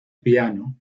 piano